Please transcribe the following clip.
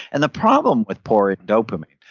and the problem with pouring dopamine.